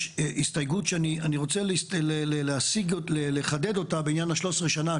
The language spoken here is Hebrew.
הסתייגות שאני רוצה לחדד אותה בעניין ה-13 שנים,